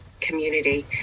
community